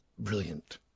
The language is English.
Brilliant